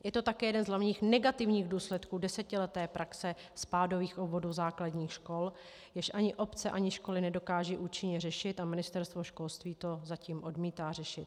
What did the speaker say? Je to také jeden z hlavních negativních důsledků desetileté praxe spádových obvodů základních škol, jež ani obce ani školy nedokážou účinně řešit, a Ministerstvo školství to zatím odmítá řešit.